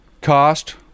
cost